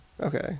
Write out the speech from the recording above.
Okay